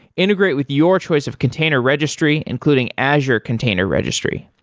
integrate with your choice of container registry, including azure container registry.